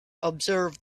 observe